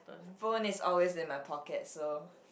phone is always in my pocket so